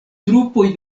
trupoj